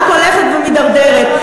רק הולכת ומידרדרת.